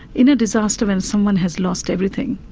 in a disaster when someone has lost everything,